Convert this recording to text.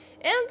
and